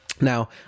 Now